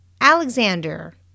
Alexander